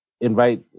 invite